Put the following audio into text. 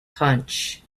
punch